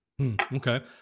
Okay